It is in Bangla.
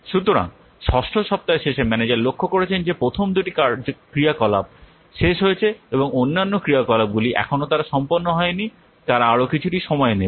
সুতরাংষষ্ঠ সপ্তাহের শেষে ম্যানেজার লক্ষ্য করেছেন যে প্রথম দুটি ক্রিয়াকলাপ শেষ হয়েছে এবং অন্যান্য ক্রিয়াকলাপগুলি এখনও তারা সম্পন্ন হয় নি তারা আরও কিছুটা সময় নেবে